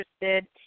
interested